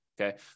okay